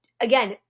again